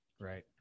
Right